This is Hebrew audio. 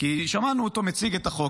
כי שמענו אותו מציג את החוק,